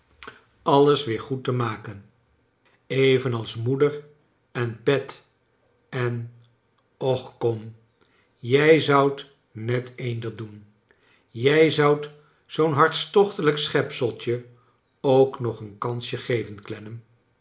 alles weer goed te maken evenals moeder en pet en och kom jij zoudt net eender doen jij zoudt zoo'n hartstochtelijk schepseltje ook nog een kansje geven